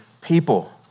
people